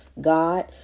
god